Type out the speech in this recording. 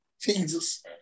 Jesus